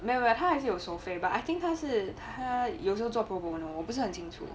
没有没有他还是有收费 but I think 他是他有时候做 pro bono 我不是很清楚